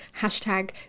Hashtag